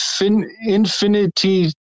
infinity